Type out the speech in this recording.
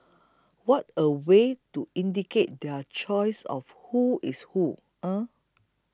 what a way to indicate their choice of who's who eh